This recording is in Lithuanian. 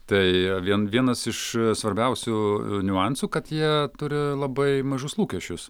tai vien vienas iš svarbiausių niuansų kad jie turi labai mažus lūkesčius